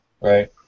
right